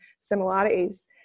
similarities